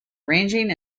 ranging